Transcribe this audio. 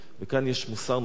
וכאן יש מוסר נוסף,